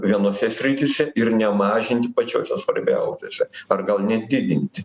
vienose srityse ir nemažinti pačiose svarbiausiose ar gal net didinti